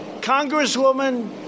Congresswoman